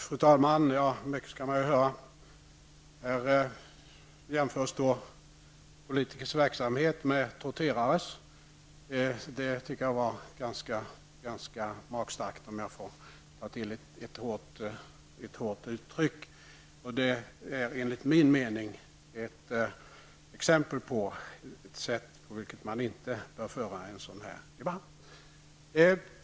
Fru talman! Mycket skall man höra. Politikers verksamhet jämförs med torterares. Det anser jag vara ganska magstarkt, om jag får ta till ett hårt uttryck. Enligt min mening är detta ett exempel på det sätt på vilket man inte bör föra en debatt av det här slaget.